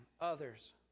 others